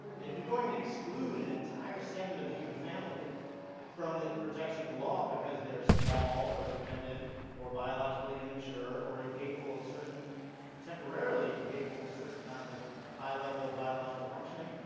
if you're going to exclude an entire segment of the human family from the protection of the law because they are small or dependent or biologically immature or incapable of certain temporarily incapable of certain kinds of high-level biological functioning,